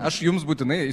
aš jums būtinai